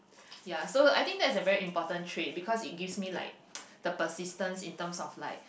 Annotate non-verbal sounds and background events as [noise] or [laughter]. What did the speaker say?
ya so I think that's a very important trait because it gives me like [noise] the persistence in terms of like